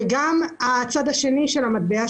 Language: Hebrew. גם הצד השני של המטבע,